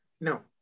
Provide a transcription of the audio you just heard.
No